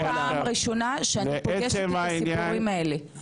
זו לא הפעם הראשונה שאני פוגשת את הסיפורים האלה.